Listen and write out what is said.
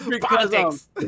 politics